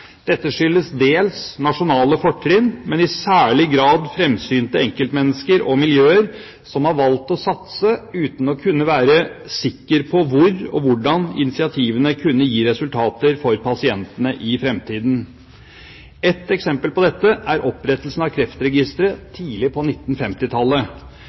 Dette skyldes dels nasjonale fortrinn, men i særlig grad framsynte enkeltmennesker og miljøer som har valgt å satse uten å kunne være sikre på hvor og hvordan initiativene kunne gi resultater for pasientene i framtiden. Et eksempel på dette er opprettelsen av Kreftregisteret